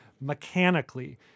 mechanically